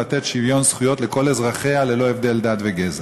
לתת שוויון זכויות לכל אזרחיה ללא הבדל דת וגזע,